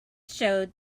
showed